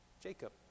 Jacob